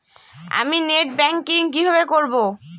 আমি net banking কিভাবে করব?